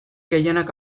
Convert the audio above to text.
gehienak